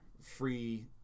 free